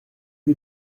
lui